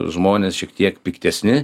žmonės šiek tiek piktesni